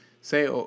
say